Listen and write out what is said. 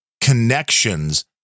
connections